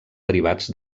derivats